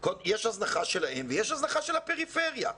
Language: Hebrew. יש הזנחה שלהם ויש הזנחה של הפריפריה.